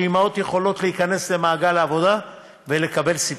שאימהות יכולות להיכנס למעגל העבודה ולקבל סבסוד,